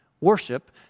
worship